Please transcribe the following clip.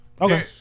Okay